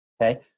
okay